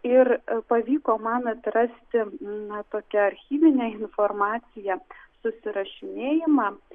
ir pavyko man atrasti na tokią archyvinę informaciją susirašinėjimą